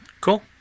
Cool